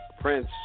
Prince